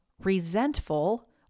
resentful